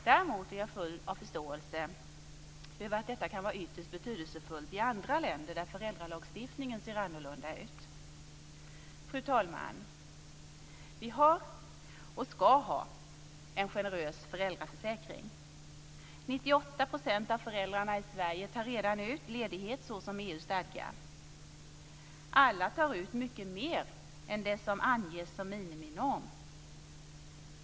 Däremot har jag full förståelse för att detta kan vara ytterst betydelsefullt i andra länder där föräldralagstiftningen ser helt annorlunda ut. Fru talman! Vi har, och vi ska ha, en generös föräldraförsäkring. 98 % av föräldrarna i Sverige tar redan ut ledighet så som EU stadgar. Alla tar ut mycket mer än det som EU anger som miniminorm.